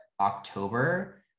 October